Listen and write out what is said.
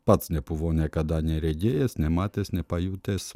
pats nebuvau niekada neregėjęs nematęs nepajutęs